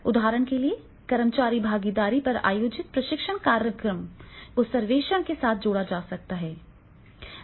उदाहरण के लिए कर्मचारी भागीदारी पर आयोजित प्रशिक्षण कार्यक्रम को सर्वेक्षण के साथ जोड़ा जा सकता है